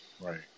right